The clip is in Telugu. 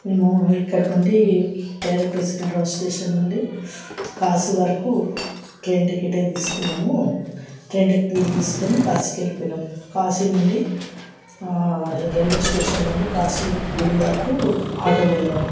మేము ఇక్కడి నుండి డైరెక్ట్ సికింద్రాబాద్ స్టేషన్ నుండి కాశీ వరకు ట్రైన్ టికెటే తీసుకున్నాము ట్రైన్ టికెట్లు తీసుకుని కాశీకి వెళ్ళిపోయినాం కాశీ నుండి రైల్వే స్టేషన్ నుండి కాశీ గుడి వరకు ఆటోలో వెళ్ళాం